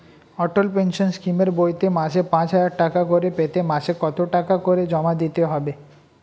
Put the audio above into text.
অটল pension স্কিমের বইতে মাসে পাঁচ হাজার টাকা করে পেতে মাসে কত টাকা করে জমা দিতে হবে?